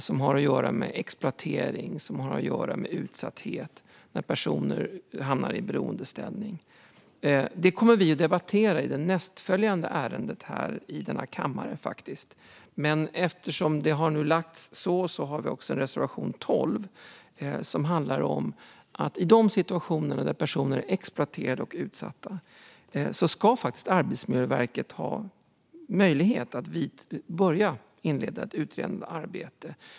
Det har att göra med exploatering och med utsatthet när personer hamnar i beroendeställning. Det kommer vi att debattera i nästföljande ärende här i kammaren. Men vi har också reservation 12, som handlar om att Arbetsmiljöverket i situationer där personer är exploaterade och utsatta faktiskt ska ha möjlighet att inleda ett utredande arbete.